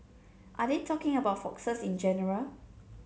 are they talking about foxes in general